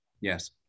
Yes